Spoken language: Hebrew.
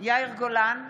יאיר גולן,